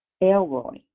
Elroy